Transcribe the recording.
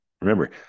Remember